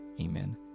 Amen